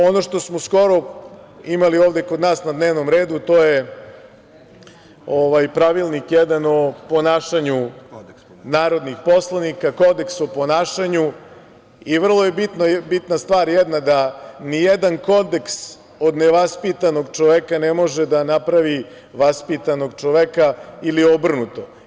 Ono što smo skoro imali ovde kod nas na dnevnom redu, to je pravilnik jedan o ponašanju narodnih poslanika, Kodeks o ponašanju i vrlo je bitna jedna stvar da nijedan kodeks od nevaspitanog čoveka ne može da napravi vaspitanog čoveka ili obrnuto.